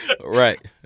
right